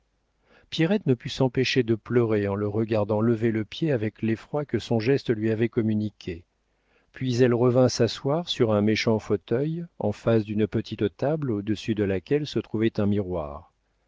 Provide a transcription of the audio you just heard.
pierrette ne put s'empêcher de pleurer en le regardant lever le pied avec l'effroi que son geste lui avait communiqué puis elle revint s'asseoir sur un méchant fauteuil en face d'une petite table au-dessus de laquelle se trouvait un miroir